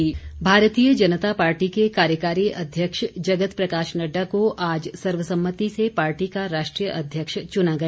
भाजपा अध्यक्ष भारतीय जनता पार्टी के कार्यकारी अध्यक्ष जगत प्रकाश नड़डा को आज सर्वसम्मति से पार्टी का राष्ट्रीय अध्यक्ष चुना गया